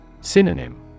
Synonym